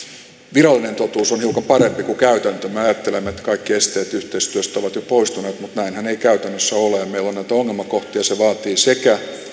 virallinen totuus on hiukan parempi kuin käytäntö me ajattelemme että kaikki esteet yhteistyöstä ovat jo poistuneet mutta näinhän ei käytännössä ole meillä on näitä ongelmakohtia ja se vaatii sekä